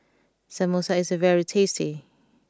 Samosa is very tasty